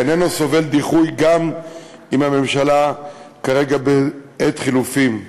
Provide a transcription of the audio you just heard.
איננו סובל דיחוי גם אם הממשלה כרגע בעת חילופים.